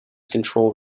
control